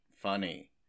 funny